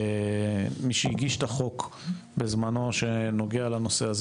מי שהגיש את החוק בזמנו שנוגע לנושא הזה